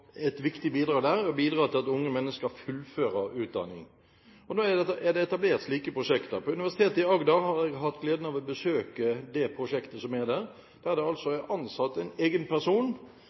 et viktig bidrag er å bidra til at unge mennesker fullfører utdanning. Nå er det etablert slike prosjekter. Når det gjelder Universitetet i Agder, har jeg hatt gleden av å besøke det prosjektet som er der. Der er det ansatt en egen person